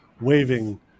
waving